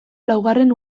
laugarren